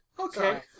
Okay